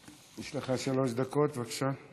יש לך שלוש דקות, בבקשה.